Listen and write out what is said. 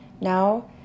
Now